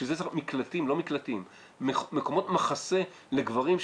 בשביל זה צריך מקומות מחסה לגברים.